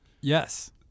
Yes